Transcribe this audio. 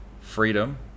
freedom